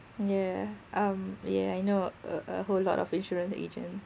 yeah um yeah I know uh uh whole lot of insurance agent